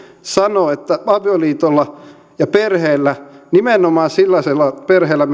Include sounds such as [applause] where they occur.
sanoo että avioliitolla ja perheellä nimenomaan sellaisella perheellä [unintelligible]